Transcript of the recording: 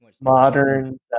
modern